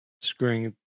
screwing